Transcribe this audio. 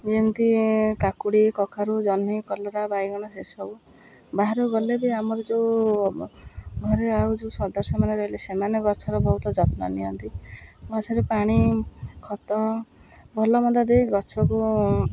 ଯେମିତି କାକୁଡ଼ି କଖାରୁ ଜହ୍ନି କଲରା ବାଇଗଣ ସେସବୁ ବାହାରକୁ ଗଲେ ବି ଆମର ଯେଉଁ ଘରେ ଆଉ ଯେଉଁ ସଦସ୍ୟମାନେ ରହିଲେ ସେମାନେ ଗଛର ବହୁତ ଯତ୍ନ ନିଅନ୍ତି ଗଛରେ ପାଣି ଖତ ଭଲ ମନ୍ଦ ଦେଇ ଗଛକୁ